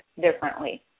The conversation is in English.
differently